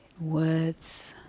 words